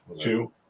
Two